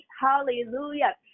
Hallelujah